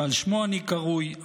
שעל שמו אני קרוי,